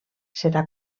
serà